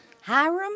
Hiram